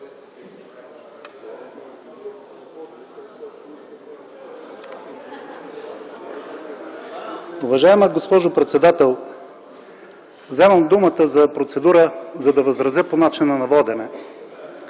Уважаема госпожо председател, вземам думата за процедура, за да възразя по начина на водене,